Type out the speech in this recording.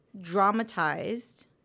dramatized